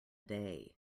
day